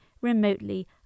remotely